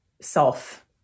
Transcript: self